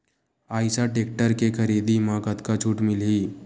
Eicher tractor के खरीदी म कतका छूट मिलही?